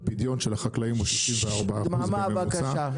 העובדות של החקלאים הוא 64 אחוז בממוצע,